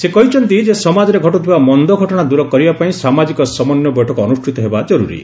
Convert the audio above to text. ସେ କହିଛନ୍ତି ଯେ ସମାଜରେ ଘଟୁଥିବା ମନ୍ଦ ଘଟଣା ଦୂର କରିବା ପାଇଁ ସାମାଜିକ ସମନ୍ୱୟ ବୈଠକ ଅନୁଷ୍ଠିତ ହେବା ଜରୁରୀ